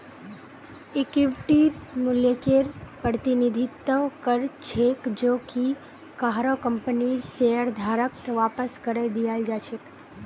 इक्विटीर मूल्यकेर प्रतिनिधित्व कर छेक जो कि काहरो कंपनीर शेयरधारकत वापस करे दियाल् जा छेक